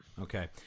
Okay